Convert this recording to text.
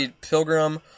Pilgrim